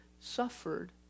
suffered